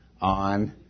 on